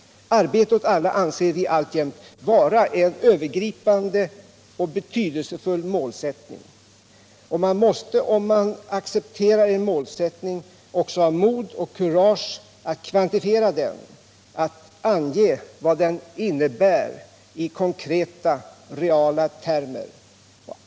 Arbete åt alla anser vi alltjämt vara en övergripande och betydelsefull målsättning. Man måste, om man accepterar en målsättning, också ha kurage att kvantifiera den, att ange vad den innebär i konkreta, reala termer.